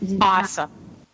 Awesome